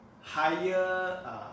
higher